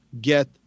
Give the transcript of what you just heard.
get